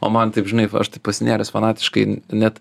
o man taip žinai aš taip pasinėręs fanatiškai net